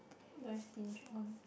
what do I stinge on